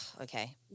Okay